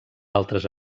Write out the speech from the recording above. altres